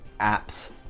apps